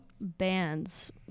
bands